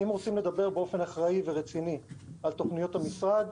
אם רוצים לדבר באופן אחראי ורציני על תוכניות המשרד,